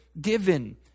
given